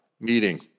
meeting